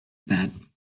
bad